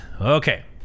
Okay